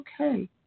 okay